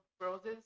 roses